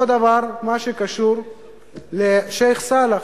אותו דבר, מה שקשור לשיח' סלאח.